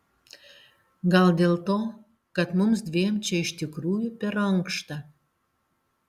gal dėl to kad mums dviem čia iš tikrųjų per ankšta